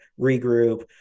regroup